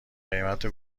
قیمت